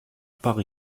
par